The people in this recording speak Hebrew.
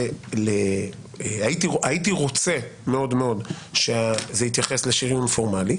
אני הייתי מאוד מאוד רוצה שזה יתייחס לשריון פורמלי.